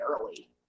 early